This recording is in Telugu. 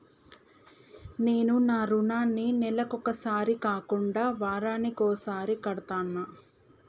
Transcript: నేను నా రుణాన్ని నెలకొకసారి కాకుండా వారానికోసారి కడ్తన్నా